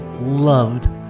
loved